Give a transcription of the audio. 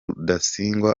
rudasingwa